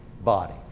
body